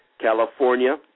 California